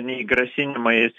nei grasinimais